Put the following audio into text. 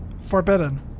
Forbidden